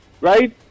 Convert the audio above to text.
Right